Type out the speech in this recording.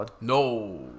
no